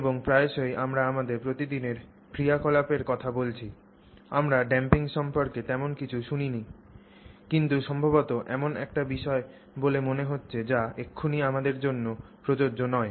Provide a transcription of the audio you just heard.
এবং প্রায়শই আমি আমাদের প্রতিদিনের ক্রিয়াকলাপের কথা বলছি আমরা ড্যাম্পিং সম্পর্কে তেমন কিছু শুনি না এটি সম্ভবত এমন একটি বিষয় বলে মনে হচ্ছে যা এক্ষুনি আমাদের জন্য প্রযোজ্য নয়